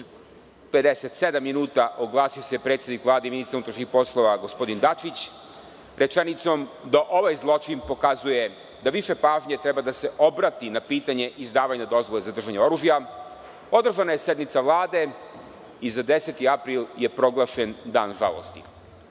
15,57 časova oglasio se predsednik Vlade i ministar unutrašnjih poslova gospodin Dačić rečenicom da ovaj zločin pokazuje da više pažnje treba da se obrati na pitanje izdavanja dozvole za držanje oružja. Održana je sednica Vlade i za 10. april je proglašen dan žalosti. Kako